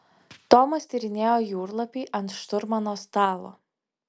tomas tyrinėjo jūrlapį ant šturmano stalo